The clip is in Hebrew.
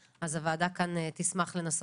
בואו נעשה את זה